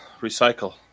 recycle